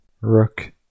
Rook